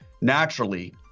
naturally